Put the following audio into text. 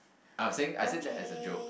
I'm saying I said that as a joke